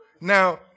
now